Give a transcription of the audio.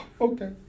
okay